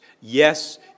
Yes